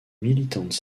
militante